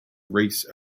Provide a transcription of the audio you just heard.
race